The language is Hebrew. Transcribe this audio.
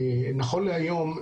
נכון להיום,